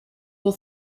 will